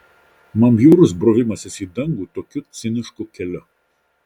man bjaurus brovimasis į dangų tokiu cinišku keliu